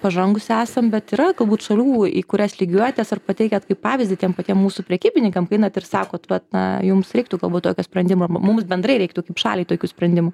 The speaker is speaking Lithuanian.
pažangūs esam bet yra galbūt šalių į kurias lygiuojatės ar pateikiat kaip pavyzdį tiem patiem mūsų prekybininkam kai einat ir sakot vat na jums reiktų galbūt tokio sprendimo mums bendrai reiktų kaip šaliai tokių sprendimų